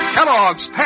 Kellogg's